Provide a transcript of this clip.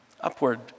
upward